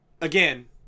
Again